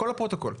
הכול לפרוטוקול.